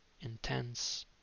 intense